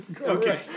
Okay